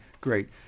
great